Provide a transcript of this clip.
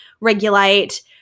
regulate